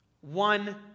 one